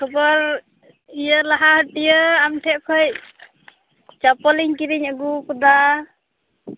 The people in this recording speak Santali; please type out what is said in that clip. ᱠᱷᱚᱵᱚᱨ ᱤᱭᱟᱹ ᱞᱟᱦᱟ ᱤᱭᱟᱹ ᱟᱢ ᱴᱷᱮᱱ ᱠᱷᱚᱱ ᱪᱚᱯᱚᱞᱤᱧ ᱠᱤᱨᱤᱧ ᱟᱹᱜᱩᱣᱟᱠᱟᱫᱟ